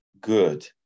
good